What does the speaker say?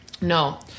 No